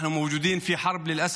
אנחנו נמצאים במלחמה,